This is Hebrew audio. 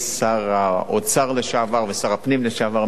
שר האוצר לשעבר ושר הפנים לשעבר,